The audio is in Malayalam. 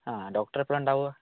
ആ ഡോക്ടർ എപ്പോഴാണ് ഉണ്ടാവുക